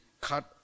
cut